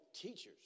teachers